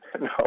no